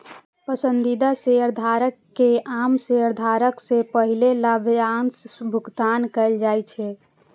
पसंदीदा शेयरधारक कें आम शेयरधारक सं पहिने लाभांशक भुगतान कैल जाइ छै